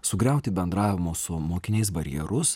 sugriauti bendravimo su mokiniais barjerus